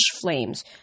flames